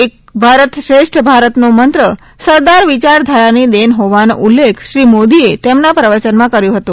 એક ભારત શ્રેષ્ઠ ભારતનો મંત્ર સરદાર વિયારધારાની દેન હોવાનો ઉલ્લેખ શ્રી મોદીએ તેમના પ્રવચનમાં કર્યો હતો